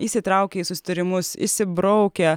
įsitraukia į susitarimus išsibraukia